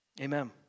Amen